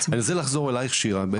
אני רוצה לחזור אליך שירה,